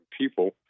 people